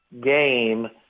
game